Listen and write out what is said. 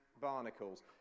Barnacles